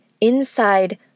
inside